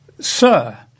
Sir